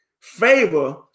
favor